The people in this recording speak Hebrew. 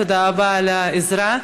תודה רבה על העזרה.